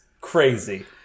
crazy